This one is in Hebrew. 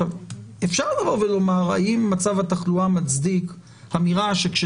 אפשר לבוא ולומר האם מצב התחלואה מצדיק אמירה שכאשר